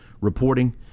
reporting